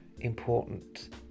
important